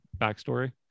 backstory